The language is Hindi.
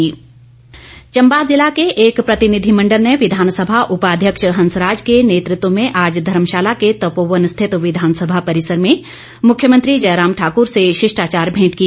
प्रतिनिधिमण्डल चंबा जिला के एक प्रतिनिधिमंडल ने विधानसभा उपाध्यक्ष हंसराज के नेतृत्व में आज धर्मशाला के तपोवन स्थित विधानसभा परिसर में मुख्यमंत्री जयराम ठाकूर से शिष्टाचार भेंट की